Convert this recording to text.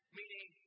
meaning